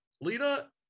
Lita